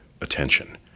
attention